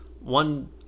one